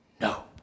no